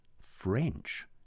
French